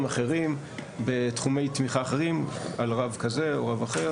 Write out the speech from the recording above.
אחרים בתחומי תמיכה אחרים על רב כזה או רב אחר.